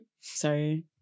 Sorry